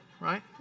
right